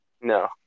no